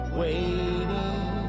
waiting